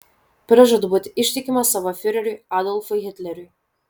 prižadu būti ištikimas savo fiureriui adolfui hitleriui